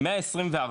124